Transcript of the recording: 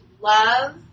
love